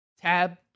tab